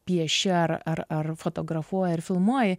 pieši ar ar ar fotografuoji ar filmuoji